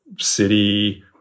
city